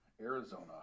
Arizona